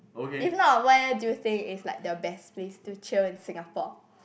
if not way do you think is like the best place to chill in Singapore